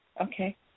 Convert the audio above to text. Okay